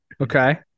Okay